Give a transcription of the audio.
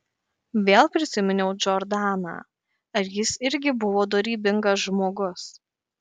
vėl prisiminiau džordaną ar jis irgi buvo dorybingas žmogus